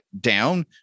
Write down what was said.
down